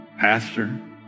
pastor